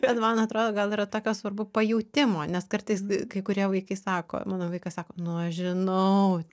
bet man atrodo gal yra tokio svarbu pajautimo nes kartais kai kurie vaikai sako mano vaikas sako nu aš žinau